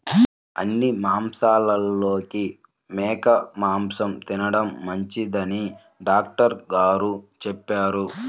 అన్ని మాంసాలలోకి మేక మాసం తిండం మంచిదని డాక్టర్ గారు చెప్పారు